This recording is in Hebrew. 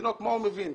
תינוק, מה הוא מבין?